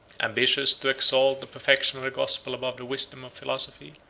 ambitious to exalt the perfection of the gospel above the wisdom of philosophy,